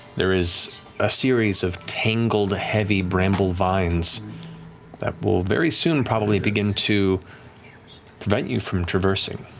there is a series of tangled, heavy bramble vines that will very soon, probably, begin to prevent you from traversing,